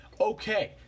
Okay